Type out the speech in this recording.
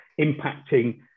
impacting